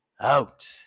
out